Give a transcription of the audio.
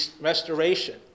restoration